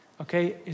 okay